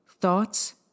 Thoughts